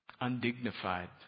undignified